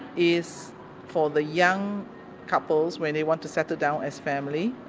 is for the young couples when they want to settle down as family,